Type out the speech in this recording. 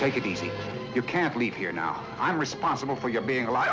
take it easy you can't leave here now i'm responsible for your being alive